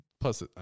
Plus